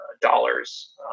dollars